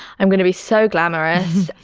i'm going to be so glamorous.